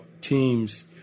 teams